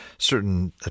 certain